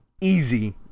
easy